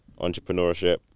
entrepreneurship